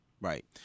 Right